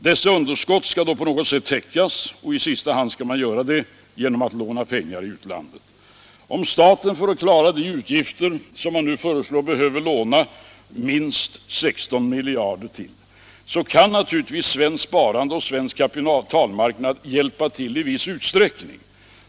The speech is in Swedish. Dessa underskott skall då på något sätt täckas, och i sista hand skall man göra det genom att låna pengar i utlandet. Om staten för att klara de utgifter som man nu föreslår behöver låna minst 16 miljarder, kan naturligtvis svenskt sparande och svensk kapitalmarknad hjälpa till i viss utsträckning.